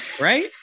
right